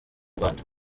rwanda